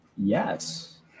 Yes